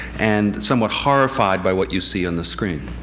and somewhat horrified by what you see on the screen?